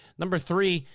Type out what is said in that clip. number three,